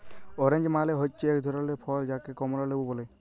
orange মালে হচ্যে এক ধরলের ফল যাকে কমলা লেবু ব্যলে